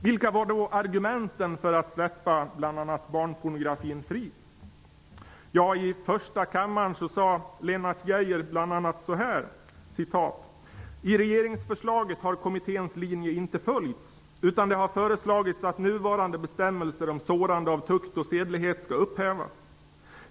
Vilka var då argumenten för att släppa bl.a. ''I regeringsförslaget har kommitténs linje inte följts, utan det har föreslagits att nuvarande bestämmelser om sårande av tukt och sedlighet skall upphävas.